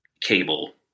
cable